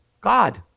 God